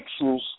pixels